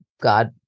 God